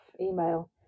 email